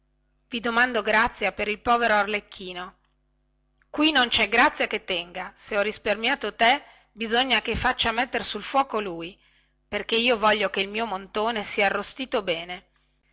i domando grazia per il povero arlecchino qui non cè grazia che tenga se ho risparmiato te bisogna che faccia mettere sul fuoco lui perché io voglio che il mio montone sia arrostito bene